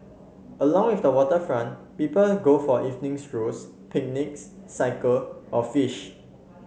along with waterfront people go for evening strolls picnics cycle or fish